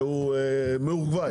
שהוא מאורגוואי.